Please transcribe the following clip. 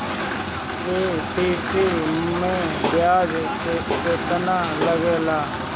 KCC मै ब्याज केतनि लागेला?